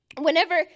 whenever